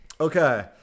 Okay